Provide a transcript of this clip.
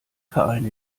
verein